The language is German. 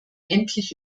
endlich